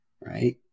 right